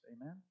Amen